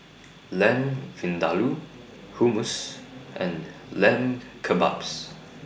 Lamb Vindaloo Hummus and Lamb Kebabs